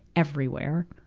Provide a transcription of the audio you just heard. everywhere,